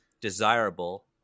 desirable